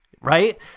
Right